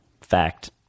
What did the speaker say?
fact